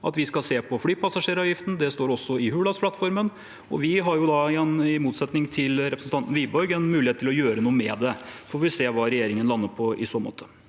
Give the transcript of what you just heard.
at vi skal se på flypassasjeravgiften. Det står også i Hurdalsplattformen, og vi har i motsetning til representanten Wiborg en mulighet til å gjøre noe med det. Så får vi se hva regjeringen lander på i så måte.